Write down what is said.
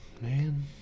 man